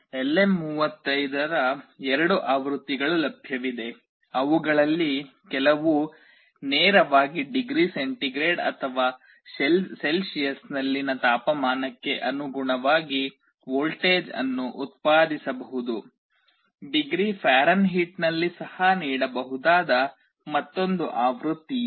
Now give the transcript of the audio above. LM35 ನ ಎರಡು ಆವೃತ್ತಿಗಳು ಲಭ್ಯವಿದೆ ಅವುಗಳಲ್ಲಿ ಕೆಲವು ನೇರವಾಗಿ ಡಿಗ್ರಿ ಸೆಂಟಿಗ್ರೇಡ್ ಅಥವಾ ಸೆಲ್ಸಿಯಸ್ನಲ್ಲಿನ ತಾಪಮಾನಕ್ಕೆ ಅನುಗುಣವಾಗಿ ವೋಲ್ಟೇಜ್ ಅನ್ನು ಉತ್ಪಾದಿಸಬಹುದು ಡಿಗ್ರಿ ಫ್ಯಾರನ್ಹೀಟ್ನಲ್ಲಿ ಸಹ ನೀಡಬಹುದಾದ ಮತ್ತೊಂದು ಆವೃತ್ತಿಯಿದೆ